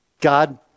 God